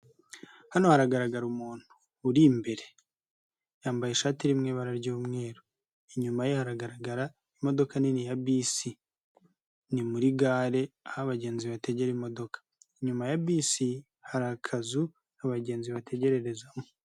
Hano haragaragara umuntu uri imbere yambaye ishati iririmo ibara ry'umweru. Inyuma ye haragaragara imodoka nini ya bisi. Ni muri gare aho abagenzi bategera imodoka. Inyuma ya bisi hari akazu abagenzi bategererezamo.